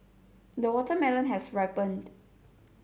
the watermelon has ripened